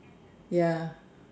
ya